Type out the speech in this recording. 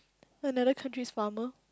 another countries farmer